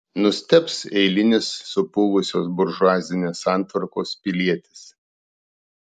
nustebs eilinis supuvusios buržuazinės santvarkos pilietis